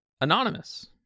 anonymous